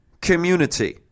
community